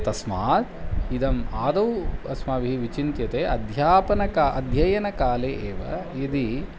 तस्मात् इदम् आदौ अस्माभिः विचिन्त्यते अध्यापनकाले अध्ययनकाले एव यदि